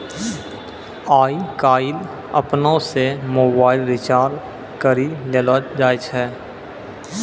आय काइल अपनै से मोबाइल रिचार्ज करी लेलो जाय छै